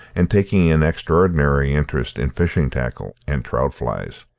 and taking an extraordinary interest in fishing-tackle and trout-flies.